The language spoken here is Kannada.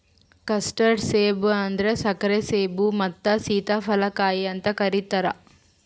ಕಸ್ಟರ್ಡ್ ಸೇಬ ಅಂದುರ್ ಸಕ್ಕರೆ ಸೇಬು ಮತ್ತ ಸೀತಾಫಲ ಕಾಯಿ ಅಂತ್ ಕರಿತಾರ್